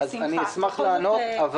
אשמח לענות.